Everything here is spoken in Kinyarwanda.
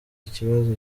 ikibazo